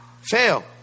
fail